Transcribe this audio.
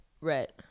Right